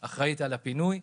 על הפינוי,